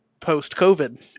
post-COVID